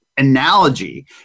Analogy